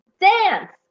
dance